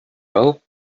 well